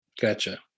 Gotcha